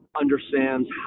understands